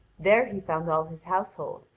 there he found all his household,